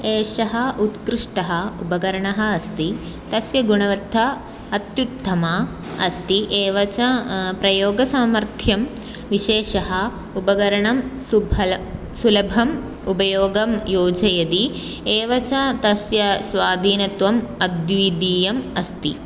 एतत् उत्कृष्टम् उपकरणम् अस्ति तस्य गुणवत्ता अत्युत्तमा अस्ति एवं च प्रयोगसामर्थ्यं विशेषः उपकरणं सुलभं सुलभम् उपयोगं योजयति एवं च तस्य स्वाधीनत्वम् अद्वितीयम् अस्ति